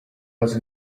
was